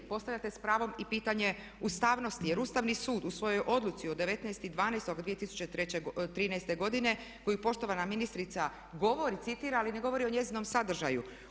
Postavljate s pravom i pitanje ustavnosti jer Ustavni sud u svojoj odluci od 19.12.2013.godine koju poštovana ministrica govori, citira ali ne govori o njezinom sadržaju.